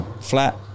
flat